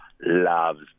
loves